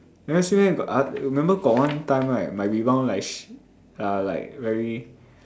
never see meh ah remember got one time right my rebound like sh~ ah like very